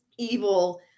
evil